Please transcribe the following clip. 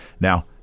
Now